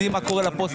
יודעים הכול.